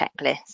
checklist